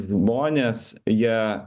žmonės ją